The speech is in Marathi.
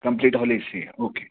कम्प्लीट हॉल ए सी आहे ओके